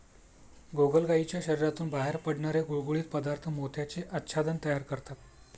गोगलगायीच्या शरीरातून बाहेर पडणारे गुळगुळीत पदार्थ मोत्याचे आच्छादन तयार करतात